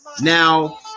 Now